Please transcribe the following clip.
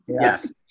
Yes